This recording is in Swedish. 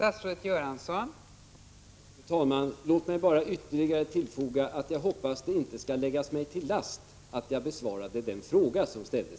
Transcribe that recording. Fru talman! Låt mig bara ytterligare tillfoga att jag hoppas att det inte skall läggas mig till last att jag besvarat den fråga som ställts.